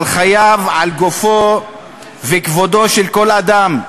על חייו, על גופו וכבודו של כל אדם,